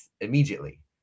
immediately